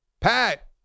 Pat